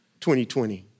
2020